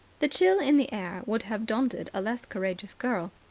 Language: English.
the chill in the air would have daunted a less courageous girl.